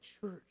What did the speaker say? church